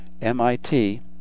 MIT